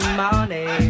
money